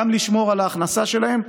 גם לשמור על ההכנסה שלהם,